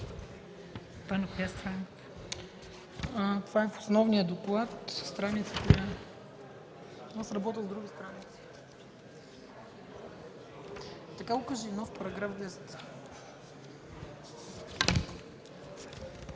отиваме в основния доклад